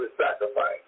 sacrifice